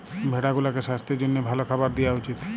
ভেড়া গুলাকে সাস্থের জ্যনহে ভাল খাবার দিঁয়া উচিত